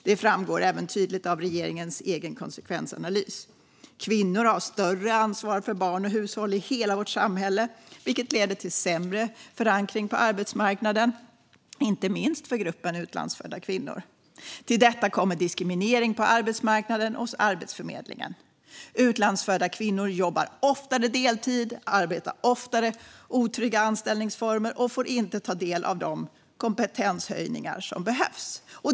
Det framgår även tydligt av regeringens egen konsekvensanalys. Kvinnor har större ansvar för barn och hushåll i hela vårt samhälle, vilket leder till sämre förankring på arbetsmarknaden, inte minst för gruppen utlandsfödda kvinnor. Till detta kommer diskriminering på arbetsmarknaden och hos Arbetsförmedlingen. Utlandsfödda kvinnor jobbar oftare deltid, har oftare otrygga anställningsformer och får inte ta del av de kompetenshöjningar som behövs.